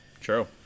true